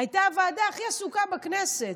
הייתה הוועדה הכי עסוקה בכנסת,